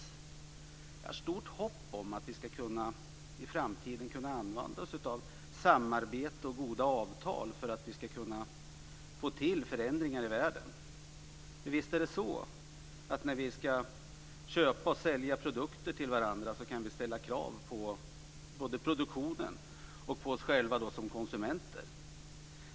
Jag har stort hopp om att vi i framtiden ska kunna använda oss av samarbete och goda avtal för att få till förändringar i världen. För visst är det så att när vi ska köpa och sälja produkter till varandra kan vi ställa krav på både produktionen och oss själva som konsumenter.